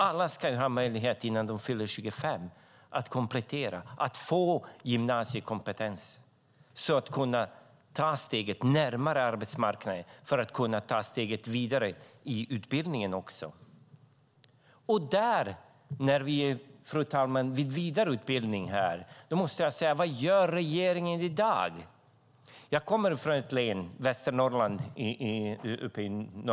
Alla ska ha möjlighet att komplettera och få gymnasiekompetens innan de fyller 25 år för att kunna ta steg närmare arbetsmarknaden och vidare i utbildningen. Fru talman! På tal om vidareutbildning måste jag fråga vad regeringen gör i dag. Jag kommer från Västernorrlands län.